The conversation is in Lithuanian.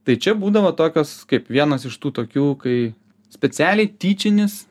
tai čia būdavo tokios kaip vienas iš tų tokių kai specialiai tyčinis